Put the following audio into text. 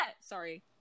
Sorry